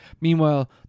Meanwhile